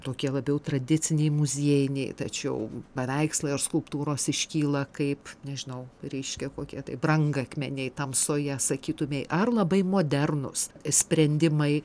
tokie labiau tradiciniai muziejai nei tačiau paveikslai ar skulptūros iškyla kaip nežinau reiškia kokie tai brangakmeniai tamsoje sakytumei ar labai modernūs sprendimai